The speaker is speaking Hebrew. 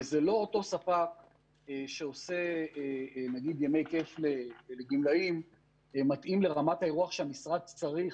וזה לא אותו ספק שעושה ימי כיף לגמלאים מתאים לרמת האירוח שהמשרד צריך